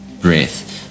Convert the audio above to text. breath